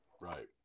Right